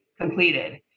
completed